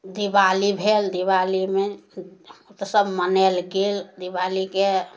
दीवाली भेल दीवालीमे उत्सव मनायल गेल दीवालीके